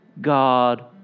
god